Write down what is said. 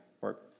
work